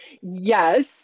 yes